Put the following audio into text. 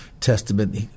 Testament